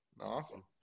Awesome